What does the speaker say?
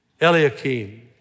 Eliakim